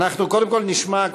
קודם כול נשמע,